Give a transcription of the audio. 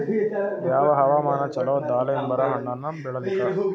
ಯಾವ ಹವಾಮಾನ ಚಲೋ ದಾಲಿಂಬರ ಹಣ್ಣನ್ನ ಬೆಳಿಲಿಕ?